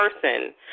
person